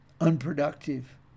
unproductive